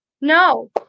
No